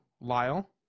Lyle